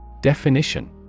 Definition